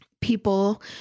people